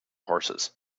horses